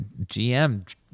GM